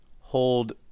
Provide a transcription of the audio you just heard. hold –